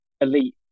elite